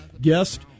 guest